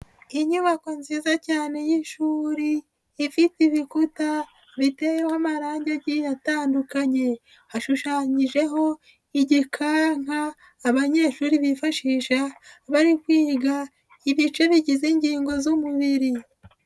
Inyubako nziza cyane y'ishuri ifite ibikuta biteyeho amarange agiye atandukanye, ashushanyijeho igikanka abanyeshuri bifashisha bari kwiga ibice bigize ingingo z'umubiri.